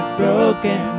broken